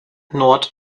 nord